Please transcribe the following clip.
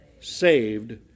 saved